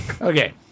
Okay